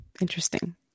Interesting